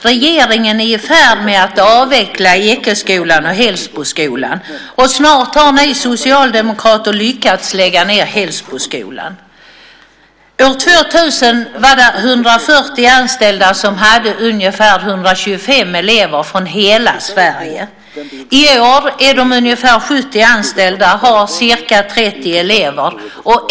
Regeringen är i färd med att avveckla Ekeskolan och Hällsboskolan. Snart har ni socialdemokrater lyckats lägga ned Hällsboskolan. År 2000 var det 140 anställda som hade ungefär 125 elever från hela Sverige. I år är de ungefär 70 anställda och har ca 30 elever.